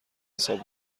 حساب